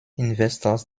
investors